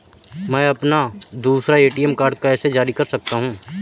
मैं अपना दूसरा ए.टी.एम कार्ड कैसे जारी कर सकता हूँ?